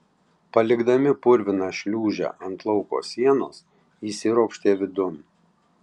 palikdami purviną šliūžę ant lauko sienos įsiropštė vidun